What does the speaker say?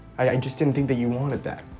i just didn't think that you wanted that.